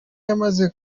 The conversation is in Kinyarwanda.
yamaze